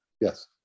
Yes